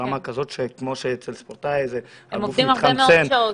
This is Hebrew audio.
כמו שאצל ספורטאי הגוף מתחמצן,